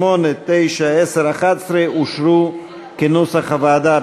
8, 9, 10, 11 אושרו כנוסח הוועדה.